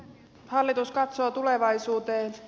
hallitus katsoo tulevaisuuteen